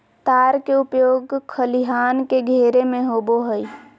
तार के उपयोग खलिहान के घेरे में होबो हइ